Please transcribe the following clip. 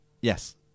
Yes